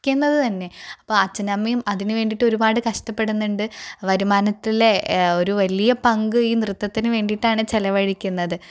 ജനിക്കുന്നത് തന്നെ അപ്പം അച്ഛനും അമ്മയും അതിന് വേണ്ടിയിട്ട് ഒരുപാട് കഷ്ടപ്പെട്ന്ന്ണ്ട് വരുമാനത്തിലെ ഒരു വലിയ പങ്ക് ഈ നൃത്തത്തിന് വേണ്ടിയിട്ടാണ് ചിലവഴിക്കുന്നത്